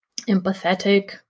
Empathetic